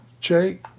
Jake